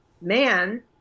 man